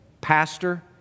pastor